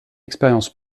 expérience